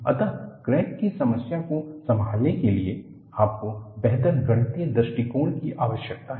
अतः क्रैक की समस्या को संभालने के लिए आपको बेहतर गणितीय दृष्टिकोण की आवश्यकता है